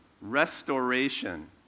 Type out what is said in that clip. Restoration